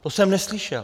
To jsem neslyšel.